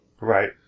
Right